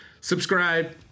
subscribe